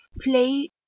play